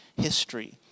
history